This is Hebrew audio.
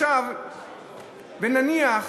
ונניח